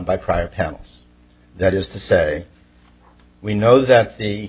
by prior panels that is to say we know that the